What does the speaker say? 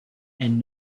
and